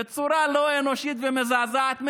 בצורה לא אנושית ומזעזעת,